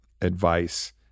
advice